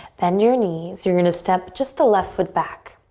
bend your knees. you're gonna step just the left foot back.